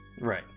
Right